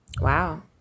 Wow